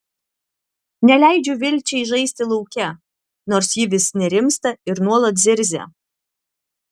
neleidžiu vilčiai žaisti lauke nors ji vis nerimsta ir nuolat zirzia